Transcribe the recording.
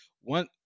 one